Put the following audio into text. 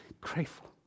grateful